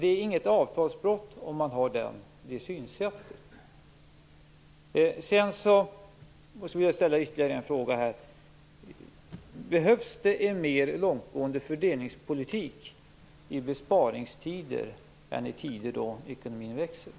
Det är inget avtalsbrott att ha det synsättet. Jag skulle vilja ställa ytterligare en fråga: Behövs det en mer långtgående fördelningspolitik i besparingstider än i tider av ekonomisk tillväxt?